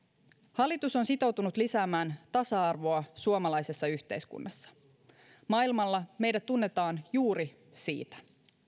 hallitus on sitoutunut lisäämään tasa arvoa suomalaisessa yhteiskunnassa maailmalla meidät tunnetaan juuri siitä